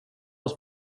oss